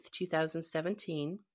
2017